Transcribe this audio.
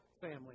family